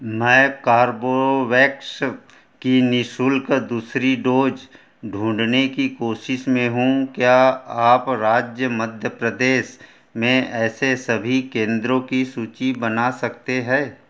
मैं कार्बोवैक्ष की निःशुल्क दूसरी डोज ढूँढने की कोशिश में हूँ क्या आप राज्य मध्य प्रदेश में ऐसे सभी केंद्रों की सूची बना सकते हैं